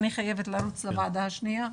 אני חייבת לרוץ לוועדה השניה.